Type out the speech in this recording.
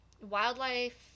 wildlife